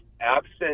absent